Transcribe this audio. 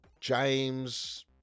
James